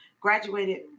graduated